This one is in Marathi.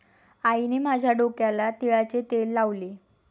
आईने माझ्या डोक्याला तिळाचे तेल लावले